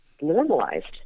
normalized